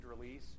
release